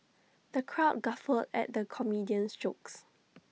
the crowd guffawed at the comedian's jokes